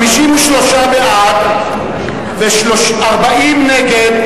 53 בעד ו-40 נגד,